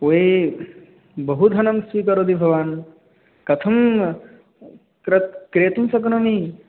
ये बहुधनं स्वीकरोति भवान् कथं क्र क्रेतुं शक्नोमि